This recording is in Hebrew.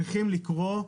צריכים לקרוא לציבור: